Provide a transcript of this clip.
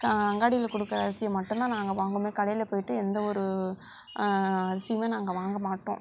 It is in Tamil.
அங்காடியில கொடுக்கிற அரிசியை மட்டுந்தான் நாங்கள் வாங்குவோமே கடையில் போய்ட்டு எந்த ஒரு அரிசியுமே நாங்கள் வாங்க மாட்டோம்